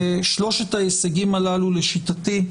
שלושת ההישגים הללו, לשיטתי,